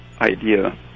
idea